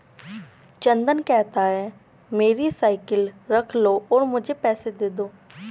चंदन कहता है, मेरी साइकिल रख लो और मुझे पैसे दे दो